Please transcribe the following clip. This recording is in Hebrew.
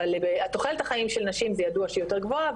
אבל תוחלת החיים של נשים זה ידוע שהיא יותר גבוהה.